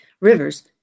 rivers